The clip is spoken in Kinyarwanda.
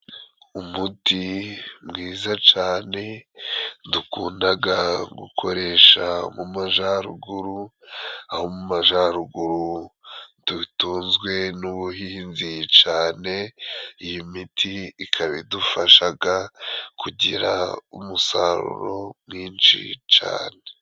Umuti mwiza cane dukundaga gukoresha mu majaruguru, aho majaruguru dutunzwe n'ubuhinzi cane. Iyi miti ikaba idufashaga kugira umusaruro mwinshi cane.